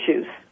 issues